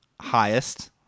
highest